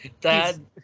Dad